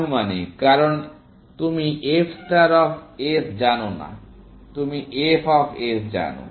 আনুমানিক কারণ তুমি f ষ্টার অফ s জানো না তুমি f অফ s জানো